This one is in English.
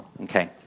Okay